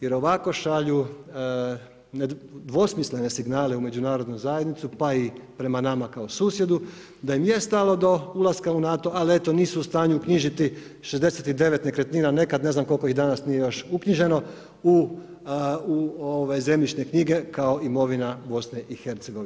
Jer ovako šalju dvosmislene signale u međunarodnu zajednicu, pa i prema nama kao susjedu, da im je stalo do ulaska u NATO, ali eto, nisu u stanju knjižiti 69 nekretnina nekad ne znam koliko ih danas nije još uknjiženo u zemljišne knjige kao imovina BIH.